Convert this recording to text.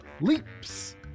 leaps